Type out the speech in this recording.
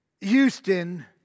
Houston